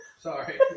Sorry